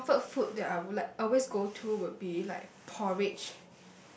the comfort food that I would like always go to would be like porridge